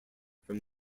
from